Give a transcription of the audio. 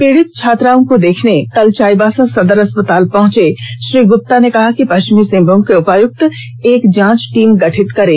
पीड़ित छात्राओं को देखने कल चाईबासा सदर अस्पताल पहुंचे श्री गुप्ता ने कहा कि पश्चिमी सिंहभूम के उपायुक्त एक जांच टीम गठित करें